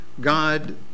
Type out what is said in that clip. God